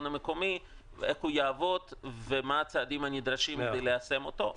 המקומי איך הוא יעבוד ומה הצעדים הנדרשים כדי ליישם אותו.